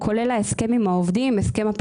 בין היתר עם העובדים ועם החברה,